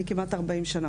אני כמעט 40 שנה